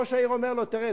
ראש העיר אומר לו: תראה,